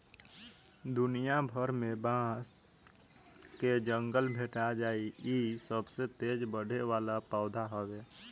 दुनिया भर में बांस के जंगल भेटा जाइ इ सबसे तेज बढ़े वाला पौधा हवे